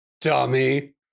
dummy